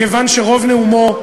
כיוון שרוב נאומו,